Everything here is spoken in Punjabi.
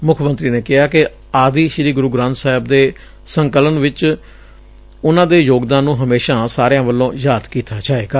ਮੁੱਖ ਮੰਤਰੀ ਨੇ ਕਿਹਾ ਕਿ ਆਦਿ ਸ੍ਰੀ ਗੁਰੁ ਗਰੰਥ ਸਾਹਿਬ ਦੇ ਸੰਕਲਪ ਵਿਚ ਉਨੁਾਂ ਦੇ ਯੋਗਦਾਨ ਨੁੰ ਹਮੇਸ਼ਾ ਸਾਰਿਆਂ ਵੱਲੋਂ ਯਾਦ ਕੀਤਾ ਜਾਏਗਾ